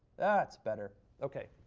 that's better. ok.